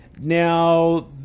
now